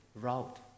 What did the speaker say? route